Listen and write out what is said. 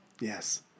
Yes